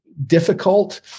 difficult